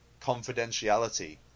confidentiality